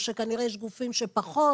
או שכנראה יש גופים שפחות?